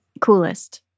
Coolest